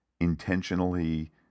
intentionally